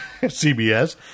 CBS